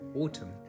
autumn